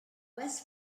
wes